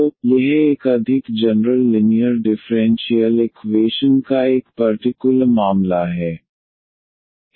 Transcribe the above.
तो यह एक अधिक जनरल लिनीयर डिफ़्रेंशियल इकवेशन का एक पर्टिकुलर मामला है